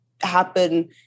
happen